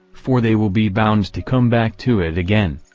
for they will be bound to come back to it again.